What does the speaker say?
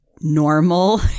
normal